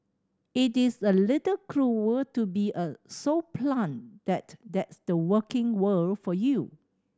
it is a little cruel to be a so blunt that that's the working world for you